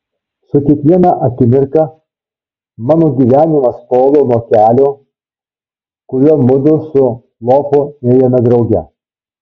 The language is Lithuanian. su kiekviena akimirka mano gyvenimas tolo nuo kelio kuriuo mudu su lopu ėjome drauge